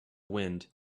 wind